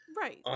right